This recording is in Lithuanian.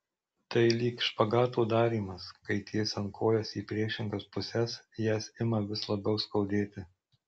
tai lyg špagato darymas kai tiesiant kojas į priešingas puses jas ima vis labiau skaudėti